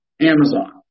Amazon